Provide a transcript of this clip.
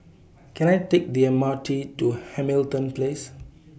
Can I Take The M R T to Hamilton Place